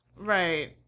Right